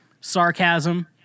Sarcasm